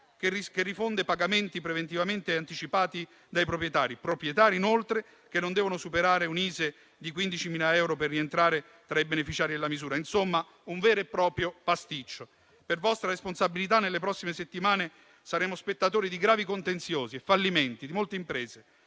che rifonde pagamenti preventivamente anticipati dai proprietari, che inoltre non devono superare un ISEE di 15.000 euro per rientrare tra i beneficiari della misura. Insomma, è un vero e proprio pasticcio. Per vostra responsabilità, nelle prossime settimane saremo spettatori di gravi contenziosi e fallimenti di molte imprese.